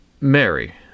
Mary